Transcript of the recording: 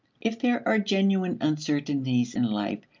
if there are genuine uncertainties in life,